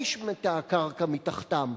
נשמטה הקרקע מתחתם,